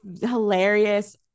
hilarious